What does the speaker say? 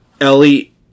Ellie